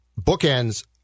bookends